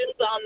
on